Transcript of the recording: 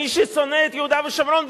מי ששונא את יהודה ושומרון,